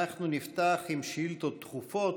אנחנו נפתח עם שאילתות דחופות.